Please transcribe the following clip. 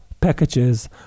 packages